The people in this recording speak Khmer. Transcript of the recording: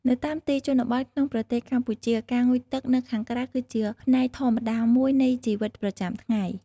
នៅតាមទីជនបទក្នុងប្រទេសកម្ពុជា ការងូតទឹកនៅខាងក្រៅគឺជាផ្នែកធម្មតាមួយនៃជីវិតប្រចាំថ្ងៃ។